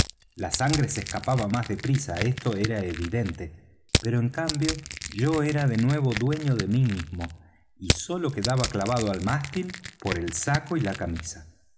la sangre se escapaba más de prisa esto era evidente pero en cambio yo era de nuevo dueño de mí mismo y sólo quedaba clavado al mástil por el saco y la camisa